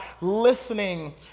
listening